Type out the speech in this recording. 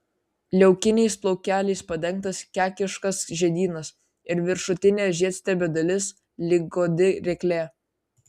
liaukiniais plaukeliais padengtas kekiškas žiedynas ir viršutinė žiedstiebio dalis lyg godi ryklė